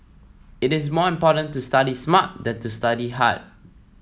it is more important to study smart than to study hard